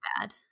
bad